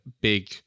big